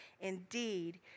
Indeed